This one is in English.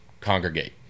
congregate